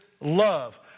love